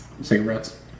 cigarettes